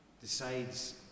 decides